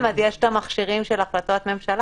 אז יש את המכשירים של החלטות ממשלה,